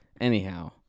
Anyhow